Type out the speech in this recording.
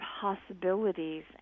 possibilities